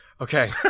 Okay